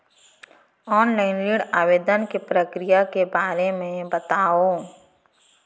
Online ऋण आवेदन के प्रक्रिया के बारे म बतावव?